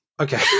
okay